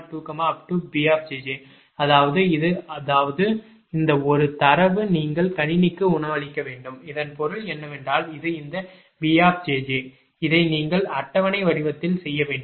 LN மற்றும் l12B அதாவது இது அதாவது இந்த ஒரு தரவு நீங்கள் கணினிக்கு உணவளிக்க வேண்டும் இதன் பொருள் என்னவென்றால் இது இந்த B சரியானது இதை நீங்கள் அட்டவணை வடிவத்தில் செய்ய வேண்டும்